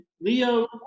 Leo